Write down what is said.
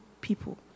people